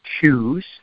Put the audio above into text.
choose